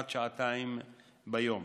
עד שעתיים ביום.